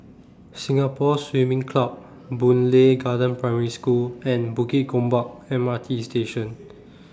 Singapore Swimming Club Boon Lay Garden Primary School and Bukit Gombak M R T Station